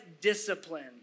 discipline